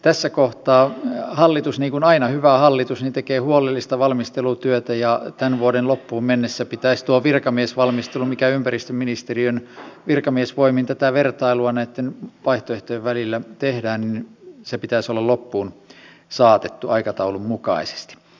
tässä kohtaa hallitus niin kuin aina hyvä hallitus tekee huolellista valmistelutyötä ja tämän vuoden loppuun mennessä pitäisi tuon virkamiesvalmistelun missä ympäristöministeriön virkamiesvoimin tätä vertailua näitten vaihtoehtojen välillä tehdään olla loppuun saatettu aikataulun mukaisesti